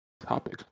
topic